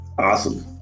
awesome